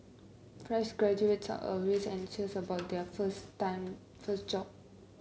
fresh graduate are always anxious about their first time first job